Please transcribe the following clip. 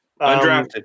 undrafted